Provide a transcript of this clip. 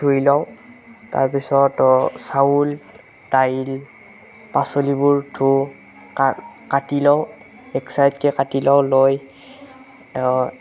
ধুই লওঁ তাৰপিছত চাউল দাইল পাচলিবোৰ ধোওঁ কাটি লওঁ এক চাইটকৈ কাটি লওঁ লৈ